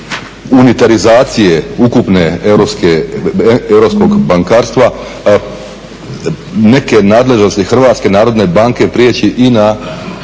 unitarizacije ukupnog europskog bankarstva neke nadležnosti HNB-a prijeći i na